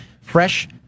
fresh